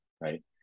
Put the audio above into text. right